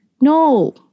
No